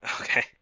okay